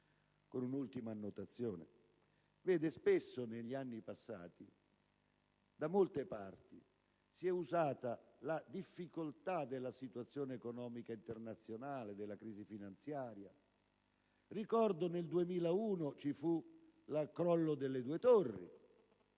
Signor Presidente, spesso, negli anni passati, da molte parti si è usata la difficoltà della situazione economica internazionale e della crisi finanziaria. Ricordo che nel 2001 vi fu il crollo delle Torri